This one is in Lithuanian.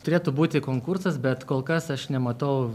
turėtų būti konkursas bet kol kas aš nematau